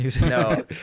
no